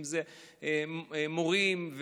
אם זה הם מורים,